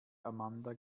amanda